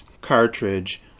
cartridge